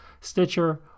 Stitcher